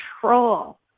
control